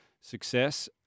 success